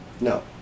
No